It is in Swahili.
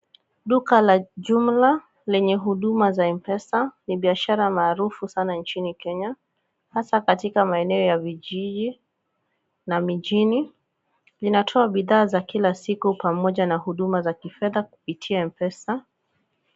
Duka la jumla lenye huduma za M-Pesa ni biashara maarufu sana nchini Kenya hasa katika maeneo ya vijiji na mijini. Linatoa bidhaa za kila siku pamoja na huduma za kifedha kupitia M-Pesa.